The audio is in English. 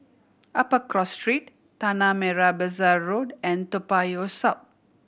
Upper Cross Street Tanah Merah Besar Road and Toa Payoh South